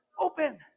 open